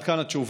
עד כאן התשובה.